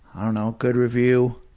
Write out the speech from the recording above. i don't know, a good review.